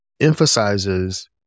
Emphasizes